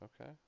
Okay